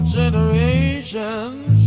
generations